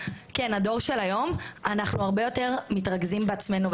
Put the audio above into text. כן הדור של היום אנחנו הרבה יותר מתרכזים בעצמנו,